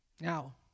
Now